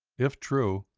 if true,